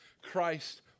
Christ